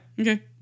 Okay